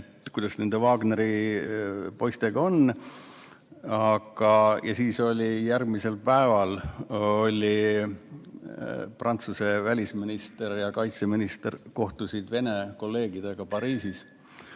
kuidas nende Wagneri poistega on. Järgmisel päeval Prantsuse välisminister ja kaitseminister kohtusid Vene kolleegidega Pariisis,